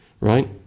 Right